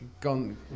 gone